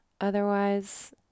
otherwise